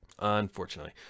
unfortunately